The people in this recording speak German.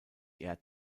air